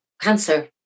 cancer